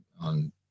on